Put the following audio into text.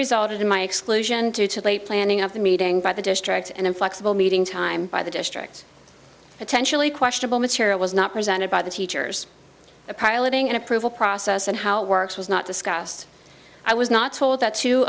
resulted in my exclusion two to play planning of the meeting by the district and inflexible meeting time by the district potentially questionable material was not presented by the teachers piloting an approval process and how it works was not discussed i was not told that two